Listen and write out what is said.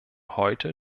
heute